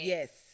Yes